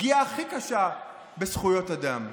הפגיעה הכי קשה בזכויות אדם.